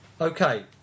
Okay